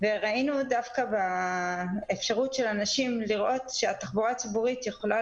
וראינו באפשרות של אנשים לראות שהתחבורה הציבורית יכולה